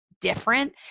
different